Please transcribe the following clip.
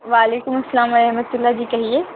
وعلیکم السلام و رحمتہ اللہ جی کہیے